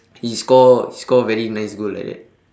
he score he score very nice goal like that